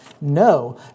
no